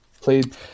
played